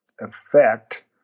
effect